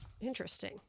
Interesting